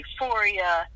Euphoria